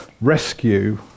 rescue